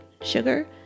sugar